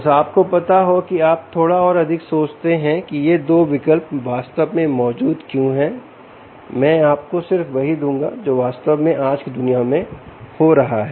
बस आप को पता है कि आप थोड़ा और अधिक सोचते हैं कि ये 2 विकल्प वास्तव में मौजूद क्यों हैं मैं आपको सिर्फ वही दूंगा जो वास्तव में आज की दुनिया में हो रहा है